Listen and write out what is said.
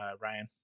Ryan